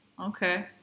Okay